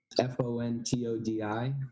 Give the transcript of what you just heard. F-O-N-T-O-D-I